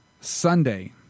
Sunday